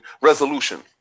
resolution